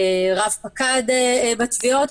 רב פקד בתביעות,